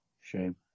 Shame